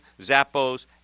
Zappos